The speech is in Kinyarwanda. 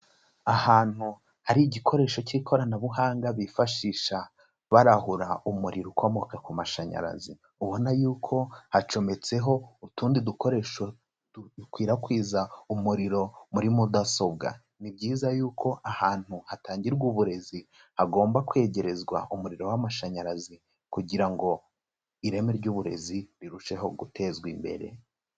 Ahantu hari igikoresho cy'ikoranabuhanga bifashisha barahura umuriro ukomoka ku mashanyarazi, ubona yuko hacometseho utundi dukoresho dukwirakwiza umuriro muri Mudasobwa, ni byiza yuko ahantu hatangirwa uburezi hagomba kwegerezwa umuriro w'amashanyarazi, kugira ngo ireme ry'uburezi rirusheho gutezwa imbere.